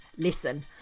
listen